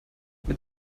mit